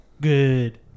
Good